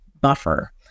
buffer